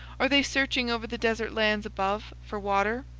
are they searching over the desert lands above for water?